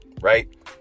right